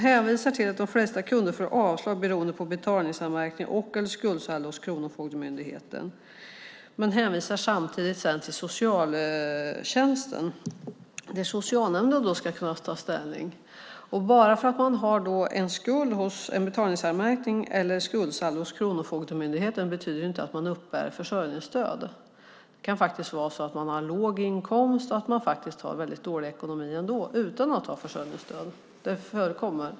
Han hänvisar till att de flesta kunder får avslag beroende på betalningsanmärkning eller skuldsaldo hos Kronofogdemyndigheten men hänvisar samtidigt till socialtjänsten. Det är socialnämnden som då ska kunna ta ställning. Bara för att man har en betalningsanmärkning eller skuldsaldo hos Kronofogdemyndigheten betyder det ju inte att man uppbär försörjningsstöd. Det kan faktiskt vara så att man har en låg inkomst och en väldigt dålig ekonomi utan att ha försörjningsstöd. Det förekommer.